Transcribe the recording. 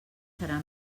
serà